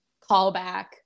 callback